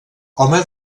home